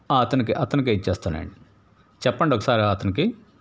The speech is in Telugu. అతనికి అతనికే ఇచ్చేస్తానండి చెప్పండి ఒకసారి అతనికి